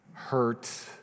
hurt